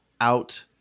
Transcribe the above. out